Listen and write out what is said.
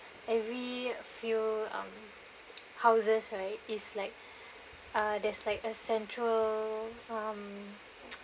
every few (um)houses right is like uh there's like a central(um)